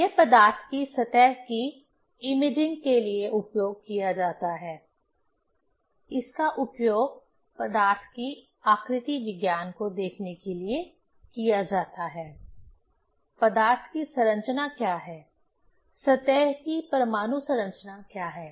यह पदार्थ की सतह की इमेजिंग के लिए उपयोग किया जाता है इसका उपयोग पदार्थ की आकृति विज्ञान को देखने के लिए किया जाता है पदार्थ की संरचना क्या है सतह की परमाणु संरचना क्या है